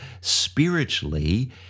spiritually